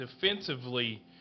Defensively